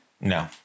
No